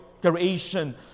creation